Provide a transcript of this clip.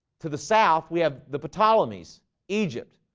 to the south. we have the potala meas egypt.